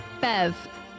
Bev